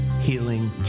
healing